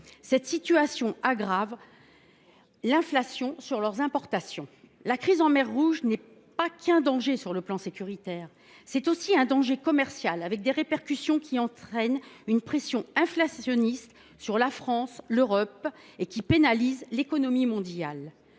Cette situation aggrave l’inflation sur les produits importés dans ces territoires. La crise en mer Rouge ne constitue pas seulement un danger sur le plan sécuritaire, c’est aussi un danger commercial avec des répercussions qui entraînent une pression inflationniste sur la France et l’Europe et qui pénalisent l’économie mondiale.